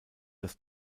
das